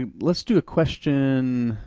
um let's do a question,